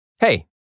Hey